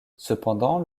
cependant